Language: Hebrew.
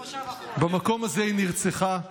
במקום הזה היא נרצחה,